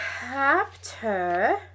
Chapter